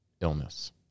illness